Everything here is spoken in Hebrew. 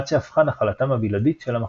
עד שהפכה נחלתם הבלעדית של המחשבים.